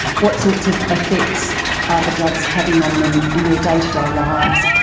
what sorts of effects are the drugs having on them in their day-to-day lives?